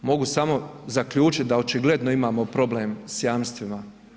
Mogu samo zaključiti da očigledno imamo problem s jamstvima.